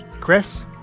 Chris